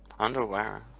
Underwear